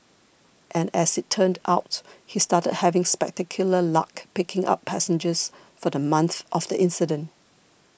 and as it turned out he started having spectacular luck picking up passengers for the month of the incident